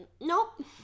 nope